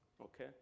okay